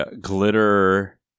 glitter